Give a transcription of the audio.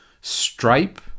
Stripe